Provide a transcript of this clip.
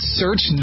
search